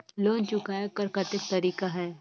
Loan चुकाय कर कतेक तरीका है?